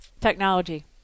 Technology